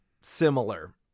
similar